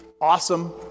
Awesome